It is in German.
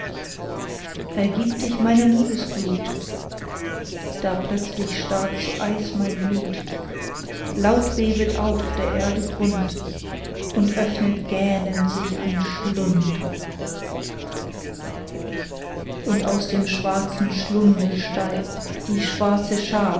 ergib dich meiner liebesglut da plötzlich starrt zu eis mein blut laut bebet auf der erde grund und öffnet gähnend sich ein schlund und aus dem schwarzen schlunde steigt die schwarze schar